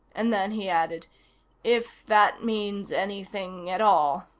and then he added if that means anything at all.